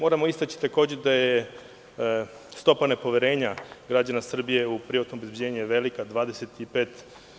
Moramo istaći, takođe, da je stopa nepoverenja građana Srbije u privatno obezbeđenje velika 25%